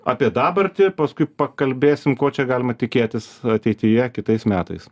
apie dabartį paskui pakalbėsim ko čia galima tikėtis ateityje kitais metais